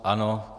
Ano.